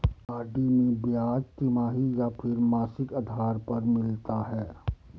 RD में ब्याज तिमाही या फिर मासिक आधार पर मिलता है?